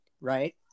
right